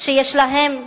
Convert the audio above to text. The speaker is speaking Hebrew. שיש להם תעסוקה.